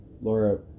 Laura